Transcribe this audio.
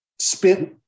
spent